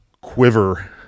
quiver